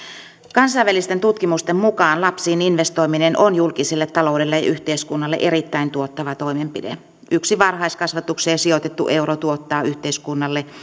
kansainvälisten tutkimusten mukaan lapsiin investoiminen on julkiselle taloudelle ja ja yhteiskunnalle erittäin tuottava toimenpide yksi varhaiskasvatukseen sijoitettu euro tuottaa yhteiskunnalle